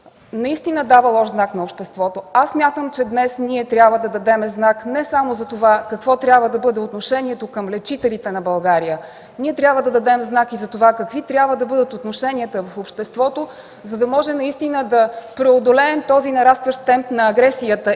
наистина дава лош знак на обществото. Аз смятам, че днес ние трябва да дадем знак не само за това какво трябва да бъде отношението към лечителите на България, ние трябва да дадем знак и за това какви трябва да бъдат отношенията в обществото, за да може наистина да преодолеем този нарастващ темп на агресията.